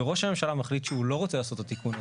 וראש הממשלה מחליט שהוא לא רוצה לעשות את התיקון הזה,